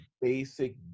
basic